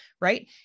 right